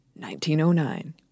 1909